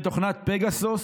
בתוכנת פגאסוס.